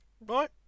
right